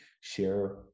share